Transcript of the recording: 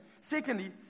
Secondly